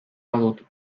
badut